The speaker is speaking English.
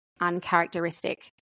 uncharacteristic